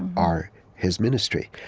are his ministry.